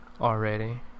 already